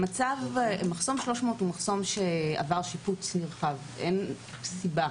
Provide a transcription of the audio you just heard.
מחסום 300 הוא מחסום שעבר שיפוץ נרחב, אין סיבה